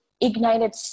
ignited